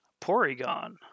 Porygon